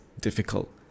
Difficult